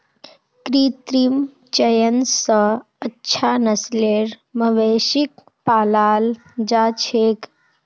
कृत्रिम चयन स अच्छा नस्लेर मवेशिक पालाल जा छेक